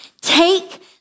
Take